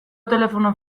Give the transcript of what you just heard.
telefono